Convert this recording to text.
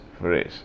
phrase